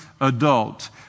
adult